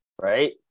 right